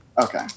Okay